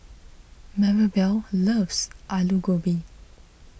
Maribel loves Alu Gobi